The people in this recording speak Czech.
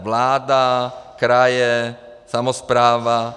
Vláda, kraje, samospráva.